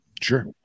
sure